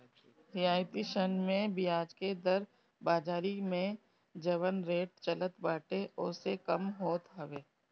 रियायती ऋण में बियाज के दर बाजारी में जवन रेट चलत बाटे ओसे कम होत हवे